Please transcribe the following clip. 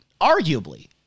arguably